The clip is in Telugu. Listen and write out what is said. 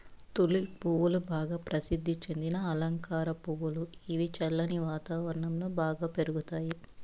తులిప్ పువ్వులు బాగా ప్రసిద్ది చెందిన అలంకార పువ్వులు, ఇవి చల్లని వాతావరణం లో బాగా పెరుగుతాయి